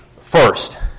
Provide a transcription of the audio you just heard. first